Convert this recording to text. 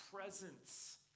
presence